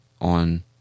on